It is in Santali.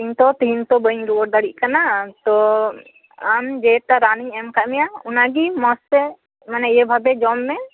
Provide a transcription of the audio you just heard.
ᱤᱧ ᱛᱳ ᱛᱮᱦᱮᱧ ᱛᱳ ᱵᱟᱹᱧ ᱨᱩᱣᱟᱹᱲ ᱫᱟᱲᱮᱭᱟᱜ ᱠᱟᱱᱟ ᱛᱳ ᱟᱢ ᱡᱮᱴᱟ ᱨᱟᱱ ᱤᱧ ᱮᱢ ᱟᱠᱟᱫ ᱢᱮᱭᱟ ᱚᱱᱟᱜᱮ ᱢᱚᱡᱛᱮ ᱢᱟᱱᱮ ᱤᱭᱟᱹ ᱵᱷᱟᱵᱮ ᱡᱚᱢ ᱢᱮ